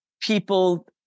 people